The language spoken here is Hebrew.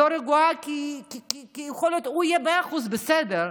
כי הוא יכול להיות מאה אחוז בסדר,